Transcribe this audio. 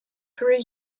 three